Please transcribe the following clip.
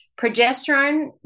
progesterone